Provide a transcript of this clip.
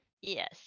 yes